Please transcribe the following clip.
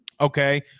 okay